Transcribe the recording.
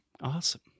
Awesome